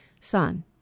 son